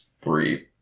three